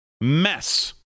mess